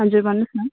हजुर भन्नुहोस् न